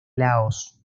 laos